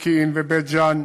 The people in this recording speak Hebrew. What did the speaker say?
ופקיעין ובית-ג'ן,